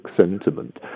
sentiment